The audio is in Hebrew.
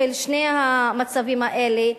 של שני המצבים האלה,